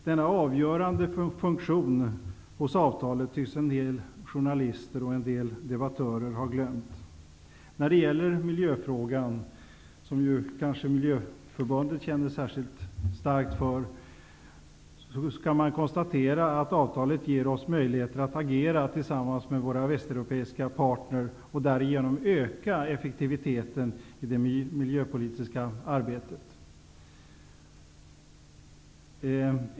Denna avgörande funktion hos avtalet tycks en del journalister och debattörer ha glömt. När det gäller miljöfrågan, som Miljöförbundet kanske känner särskilt starkt för, kan man konstatera att avtalet ger oss möjligheter att agera tillsammans med våra västeuropeiska partner och därigenom öka effektiviteten i det miljöpolitiska arbetet.